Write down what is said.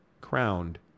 crowned